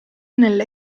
nelle